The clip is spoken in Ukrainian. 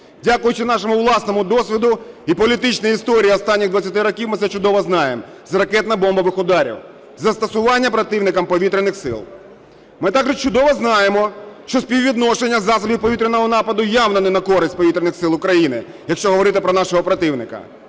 Дякуючи нашому власному досвіду і політичній історії останніх 20 років, ми це чудово знаємо – з ракетно-бомбових ударів, із застосуванням противником Повітряних Сил. Ми також чудово знаємо, що співвідношення засобів повітряного нападу явно не на користь Повітряних Сил України, якщо говорити про нашого противника.